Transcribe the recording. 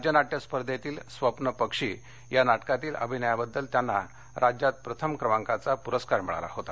राज्य नाट्य स्पर्धेतील स्वप्नपक्षी या नाटकातील अभिनयाबद्दल त्यांना राज्यात प्रथम क्रमांकाचा पुरस्कार मिळाला होता